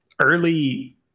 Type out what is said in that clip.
early